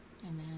Amen